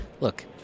look